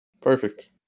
Perfect